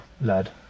lad